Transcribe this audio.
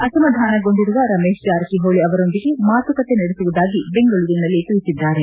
ಅಸಮಾಧಾನಗೊಂಡಿರುವ ರಮೇಶ್ ಜಾರಕಿಹೊಳ ಅವರೊಂದಿಗೆ ಮಾತುಕತೆ ನಡೆಸುವುದಾಗಿ ಬೆಂಗಳೂರಿನಲ್ಲಿ ತಿಳಿಸಿದ್ದಾರೆ